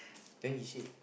then he say